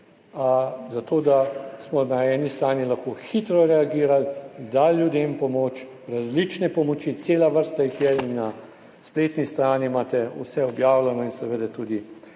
zato da smo na eni strani lahko hitro reagirali, dali ljudem pomoč, različne pomoči, cela vrsta jih je, na spletni strani imate vse objavljeno in seveda tudi,